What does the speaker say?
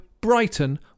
Brighton